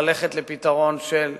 ללכת לפתרון של "מצ'ינג"